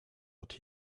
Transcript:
what